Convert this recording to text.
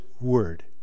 word